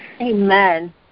Amen